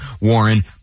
Warren